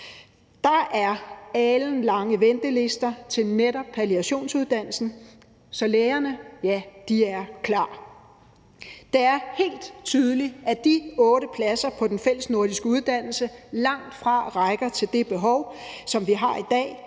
der er alenlange ventelister til netop palliationsuddannelsen, så ja, lægerne er klar. Det er helt tydeligt, at de otte pladser på den fællesnordiske uddannelse langtfra rækker til det behov, som vi har i dag,